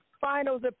Finals